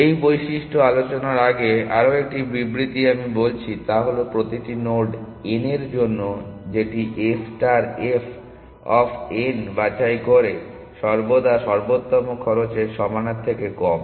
এই বৈশিষ্ট্য আলোচনার আগে আরও একটি বিবৃতি আমি বলছি তা হল প্রতিটি নোড N এর জন্য যেটি a star f of n বাছাই করে সর্বদা সর্বোত্তম খরচের সমানের থেকে কম